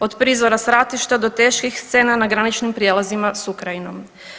Od prizora stratišta do teških scena na graničnim prijelazima s Ukrajinom.